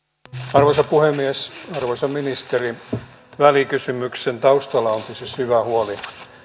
arvoisa puhemies arvoisa ministeri välikysymyksen taustalla onkin se syvä huoli